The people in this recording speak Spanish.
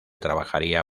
trabajaría